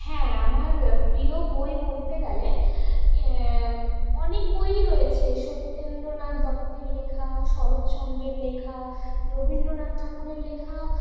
হ্যাঁ আমার প্রিয় বই বলতে গেলে অনেক বইই রয়েছে সত্যেন্দ্রনাথ দত্তের লেখা শরৎচন্দ্রের লেখা রবীন্দ্রনাথ ঠাকুরের লেখা